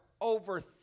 over